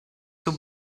two